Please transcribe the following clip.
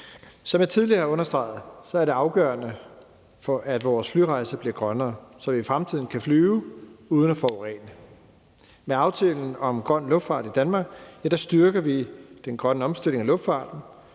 Som jeg tidligere har understreget, er det afgørende, at vores flyrejser bliver grønnere, så vi i fremtiden kan flyve uden at forurene. Med aftalen om grøn luftfart i Danmark styrker vi den grønne omstilling af luftfarten,